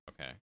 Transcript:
Okay